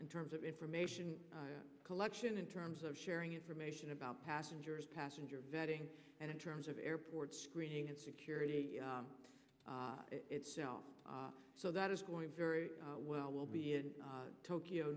in terms of information collection in terms of sharing information about passengers passenger vetting and in terms of airport screening and security itself so that is going very well will be in tokyo